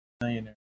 millionaire